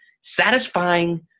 satisfying